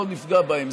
לא נפגע בהן.